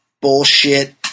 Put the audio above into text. bullshit